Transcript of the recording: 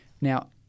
now